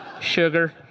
Sugar